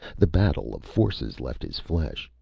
the battle of forces left his flesh.